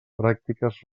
pràctiques